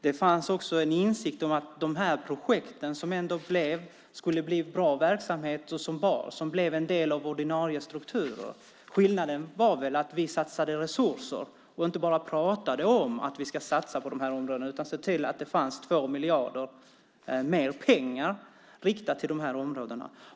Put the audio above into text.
Det fanns också en insikt om att dessa projekt, som ju blev av, var bra verksamheter och blev en del av de ordinarie strukturerna. Skillnaden är väl att vi satsade resurser i stället för att bara prata om att satsa på dessa områden. Vi såg till att det fanns pengar, 2 miljarder mer, riktat till just de områdena.